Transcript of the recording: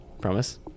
promise